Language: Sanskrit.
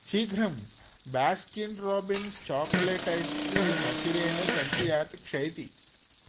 शीघ्रं Baskin Robbins chocolate ice cream अचिरेण सञ्चयात् क्षयति